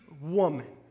woman